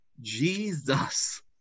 Jesus